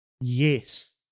Yes